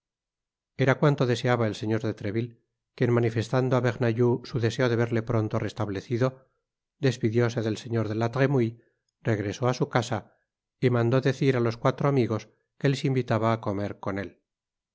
era cuanto deseaba el señor de treville quien manifestando á bernajoux su deseo de verle pronto restablecido despidióse del señor de la tremouille regresó á su casa y mandó á decir á los cuatro amigos que les invitaba á comer con él